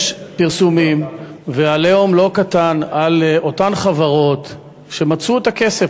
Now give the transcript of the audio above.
יש פרסומים ו"עליהום" לא קטן על אותן חברות שמצאו את הכסף,